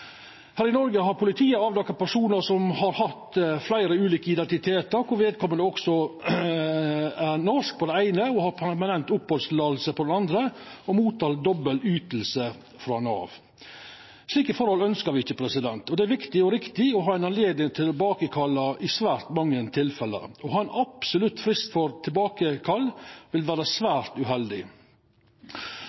Her i Noreg har politiet avdekt at personar har hatt fleire ulike identitetar – vedkomande er norsk på den eine og har permanent opphaldsløyve på den andre, og tek imot doble ytingar frå Nav. Slike forhold ønskjer me ikkje, og det er i svært mange tilfelle viktig og riktig å ha anledning til å tilbakekalla. Å ha ein absolutt frist for tilbakekall vil vera svært uheldig.